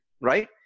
Right